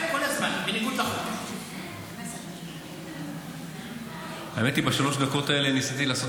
האמת היא שבשלוש הדקות האלה ניסיתי לעשות